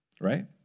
right